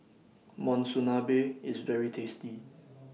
Monsunabe IS very tasty